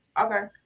Okay